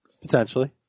Potentially